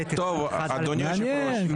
אדוני היושב ראש,